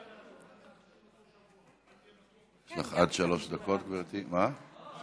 עד שלוש דקות לרשותך.